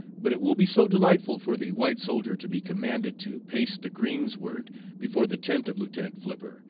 but it will be so delightful for the white soldier to be commanded to pace the greensward before the tent of lieutenant flipper,